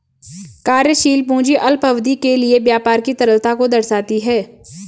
कार्यशील पूंजी अल्पावधि के लिए व्यापार की तरलता को दर्शाती है